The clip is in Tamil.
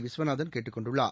விஸ்வநாதன் கேட்டுக் கொண்டுள்ளார்